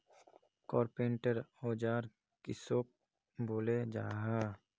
Carpenter औजार किसोक बोलो जाहा?